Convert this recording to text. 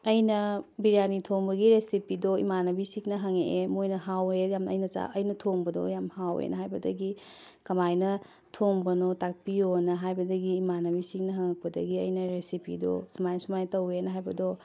ꯑꯩꯅ ꯕꯤꯔꯌꯥꯅꯤ ꯊꯣꯡꯕꯒꯤ ꯔꯦꯁꯤꯄꯤꯗꯣ ꯏꯃꯥꯅꯕꯤꯁꯤꯡꯅ ꯍꯪꯉꯛꯑꯦ ꯃꯣꯏꯅ ꯍꯥꯎꯑꯦ ꯑꯩꯅ ꯊꯣꯡꯕꯗꯣ ꯌꯥꯝ ꯍꯥꯎꯑꯦꯅ ꯍꯥꯏꯕꯗꯒꯤ ꯀꯃꯥꯏꯅ ꯊꯣꯡꯕꯅꯣ ꯇꯥꯛꯄꯤꯌꯣꯅ ꯍꯥꯏꯕꯗꯒꯤ ꯏꯃꯥꯅꯕꯤꯁꯤꯡꯅ ꯍꯪꯉꯛꯄꯗꯒꯤ ꯑꯩꯅ ꯔꯦꯁꯤꯄꯤꯗꯣ ꯁꯨꯃꯥꯏ ꯁꯨꯃꯥꯏꯅ ꯇꯧꯑꯦꯅ ꯍꯥꯏꯕꯗꯣ